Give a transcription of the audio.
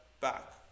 back